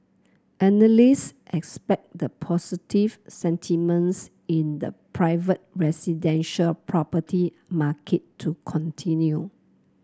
analysts expect the positive sentiments in the private residential property market to continue